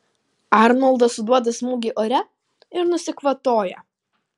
arnoldas suduoda smūgį ore ir nusikvatoja